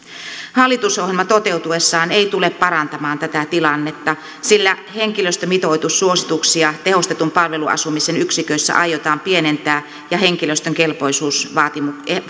hallitusohjelma toteutuessaan ei tule parantamaan tätä tilannetta sillä henkilöstömitoitussuosituksia tehostetun palveluasumisen yksiköissä aiotaan pienentää ja henkilöstön kelpoisuusehtoja